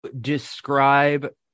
describe